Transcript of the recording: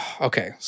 Okay